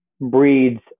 breeds